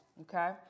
Okay